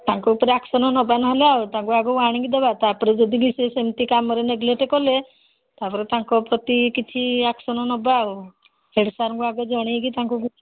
ତାଙ୍କ ଉପରେ ଆକ୍ସନ୍ ନେବା ନହେଲେ ଆଉ ତାଙ୍କୁ ଆଗକୁ ୱାର୍ଣ୍ଣିଙ୍ଗ ଦେବା ତା'ପରେ ଯଦି କିି ସେ ସେମିତି କାମରେ ନେଗଲେଟ୍ କଲେ ତା'ପରେ ତାଙ୍କ ପ୍ରତି କିଛି ଆକ୍ସନ୍ ନେବା ଆଉ ହେଡ଼୍ ସାର୍ଙ୍କୁ ଆଗ ଜଣାଇକି ତାଙ୍କୁ